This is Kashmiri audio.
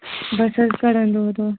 بس حظ کَڑان دۄہ دۄہ